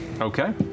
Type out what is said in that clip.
Okay